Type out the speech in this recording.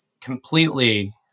completely